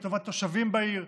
לטובת התושבים בעיר,